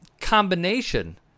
combination